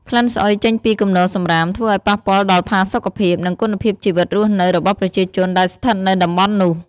ក្លិនស្អុយចេញពីគំនរសំរាម ធ្វើឲ្យប៉ះពាល់ដល់ផាសុខភាព និងគុណភាពជីវិតរស់នៅរបស់ប្រជាជនដែលស្ថិតនៅតំបន់នោះ។